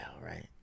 right